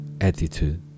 attitude